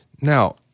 Now